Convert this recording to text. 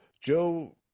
Joe